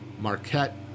Marquette